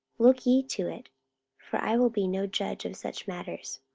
look ye to it for i will be no judge of such matters.